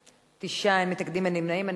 9, אין מתנגדים, אין נמנעים.